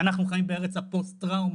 ואנחנו חיים בארץ הפוסט טראומה,